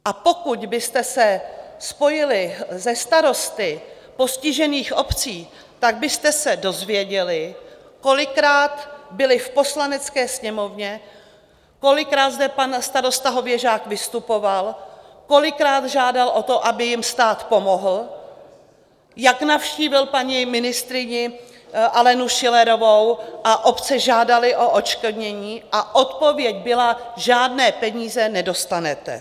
A pokud byste se spojili se starosty postižených obcí, tak byste se dozvěděli, kolikrát byli v Poslanecké sněmovně, kolikrát zde pan starosta Hověžák vystupoval, kolikrát žádal o to, aby jim stát pomohl, jak navštívil paní ministryni Alenu Schillerovou a obce žádaly o odškodnění a odpověď byla: žádné peníze nedostanete.